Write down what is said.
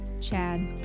Chad